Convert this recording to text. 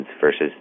versus